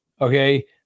okay